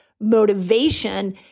motivation